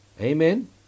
Amen